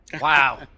Wow